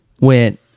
went